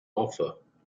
offer